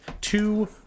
two